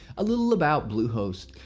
a little about bluehost.